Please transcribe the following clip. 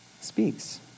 speaks